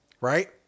right